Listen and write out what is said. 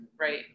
right